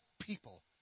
people